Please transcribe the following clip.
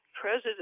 president